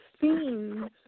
scenes